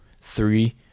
three